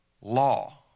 law